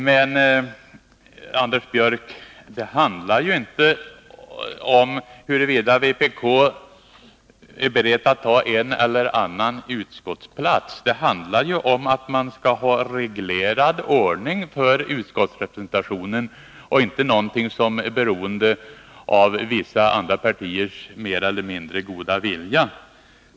Men det handlar inte, Anders Björck, om huruvida vpk är berett att ta en eller annan utskottsplats, utan om att vi skall ha en reglerad ordning för utskottsrepresentationen. Den skall inte vara beroende av vissa andra partiers mer eller mindre goda vilja.